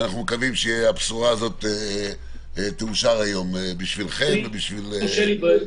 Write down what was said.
ואנחנו מקווים שהבשורה הזאת תאושר היום בשבילכם ובשביל עם ישראל.